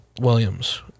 Williams